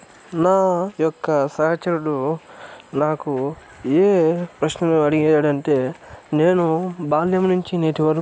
నా యొక్క సహచరుడు నాకు ఏ ప్రశ్నలు అడిగాడంటే నేను బాల్యం నుంచి నేటి వరకు